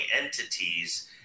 entities